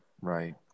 right